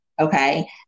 Okay